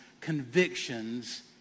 convictions